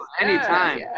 anytime